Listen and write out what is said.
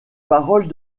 paroles